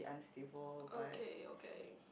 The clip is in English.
okay okay